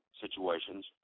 situations